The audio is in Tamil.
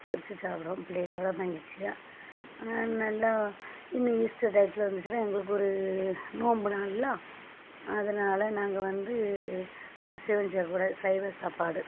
பொரிச்சி சாப்பிடுவோம் பிள்ளைகளோட மகிழ்ச்சியா நல்லா இன்னும் ஈஸ்டர் டையத்தில் வந்துச்சினால் எங்களுக்கு ஒரு நோன்பு நாள்லலாம் அதனால நாங்கள் வந்து அசைவம் சேர்க்கக்கூடாது சைவ சாப்பாடு